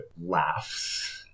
laughs